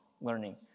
learning